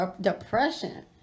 depression